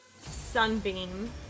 sunbeam